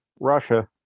Russia